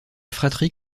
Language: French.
fratrie